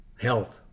health